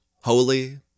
holy